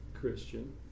Christian